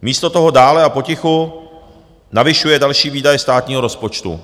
Místo toho dále a potichu navyšuje další výdaje státního rozpočtu.